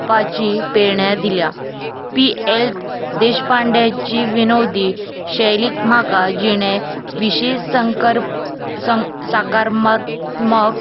पाची पेरणा दिल्या पी एल देशपांड्याची विनोदी शैलीक म्हाका जिणे विशेश संकर साका साकार्मक